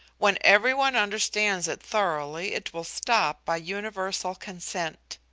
when every one understands it thoroughly, it will stop by universal consent.